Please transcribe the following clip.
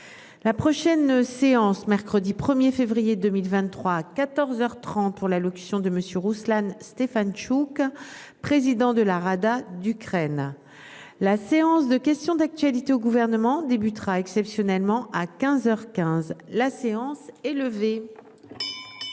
La prochaine séance mercredi 1er février 2023 à 14h 30 pour l'allocution de monsieur Rouslan Stefantchouk. Président de la Rada d'Ukraine. La séance de questions d'actualité au gouvernement débutera exceptionnellement à 15h 15, la séance est levée.